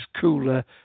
cooler